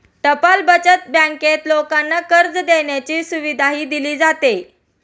टपाल बचत बँकेत लोकांना कर्ज देण्याची सुविधाही दिली जाते